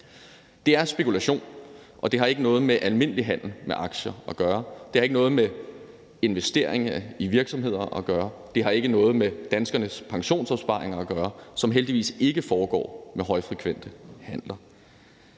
Det er spekulation, og det har ikke noget med almindelig handel med aktier at gøre. Det har ikke noget med investeringer i virksomheder at gøre. Det har ikke noget med danskernes pensionsopsparinger at gøre, som heldigvis ikke foregår ved højfrekvente handler.